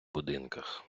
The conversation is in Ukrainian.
будинках